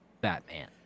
Batman